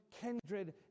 kindred